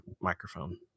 microphone